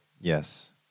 Yes